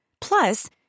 Plus